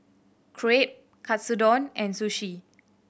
Crepe Katsudon and Sushi